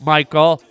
Michael